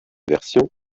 version